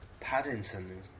Paddington